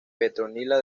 petronila